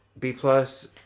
B-plus